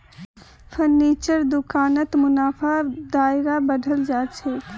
फर्नीचरेर दुकानत मुनाफार दायरा बढ़े जा छेक